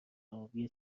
دعاوی